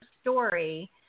story